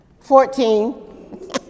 Fourteen